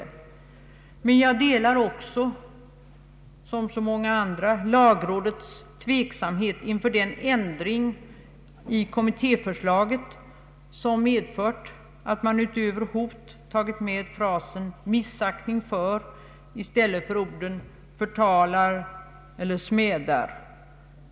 Men jag delar som så många andra lagrådets tveksamhet inför den ändring i kommittéförslaget som medfört att man utöver ”hot” tagit med ”missaktning för” i stället för orden ”förtal eller smädelse”.